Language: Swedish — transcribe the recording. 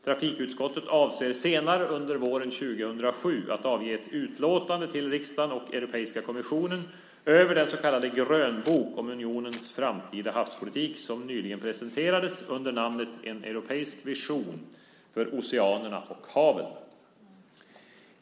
Trafikutskottet avser att senare under våren 2007 avge ett utlåtande till riksdagen över Europeiska kommissionens grönbok som nyligen presenterades med namnet Unionens framtida havspolitik: En europeisk vision för oceanerna och haven .